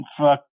Fuck